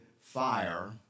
fire